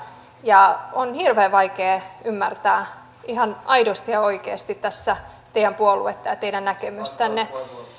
ja on hirveän vaikea ymmärtää ihan aidosti ja oikeasti tässä teidän puoluettanne ja teidän näkemystänne